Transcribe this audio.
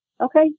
Okay